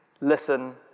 listen